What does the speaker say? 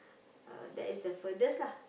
uh that is the furthest lah